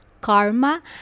karma